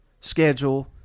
schedule